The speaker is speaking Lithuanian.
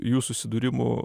jų susidūrimų